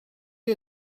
est